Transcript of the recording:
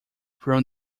from